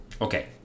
Okay